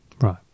Right